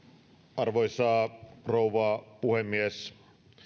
arvoisa rouva puhemies